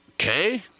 okay